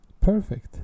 perfect